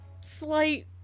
slight